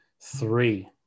three